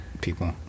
people